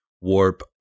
warp